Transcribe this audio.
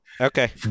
Okay